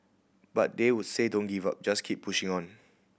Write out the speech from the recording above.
but they would say don't give up just keep pushing on